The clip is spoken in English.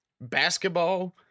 basketball